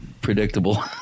predictable